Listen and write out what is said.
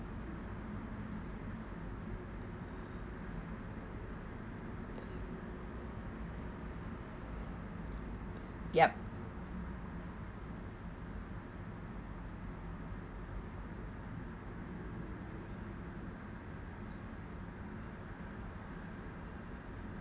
yup